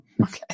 Okay